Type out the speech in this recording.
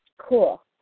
Cool